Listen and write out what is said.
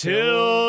Till